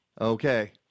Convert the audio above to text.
okay